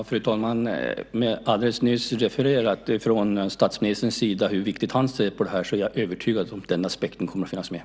Fru talman! Det har alldeles nyss refererats hur viktigt statsministern å sin sida anser det här vara, så jag är övertygad om att den aspekten kommer att finnas med.